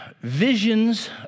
Visions